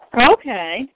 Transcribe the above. okay